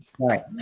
Right